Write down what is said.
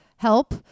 help